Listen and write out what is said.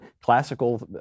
classical